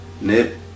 Nip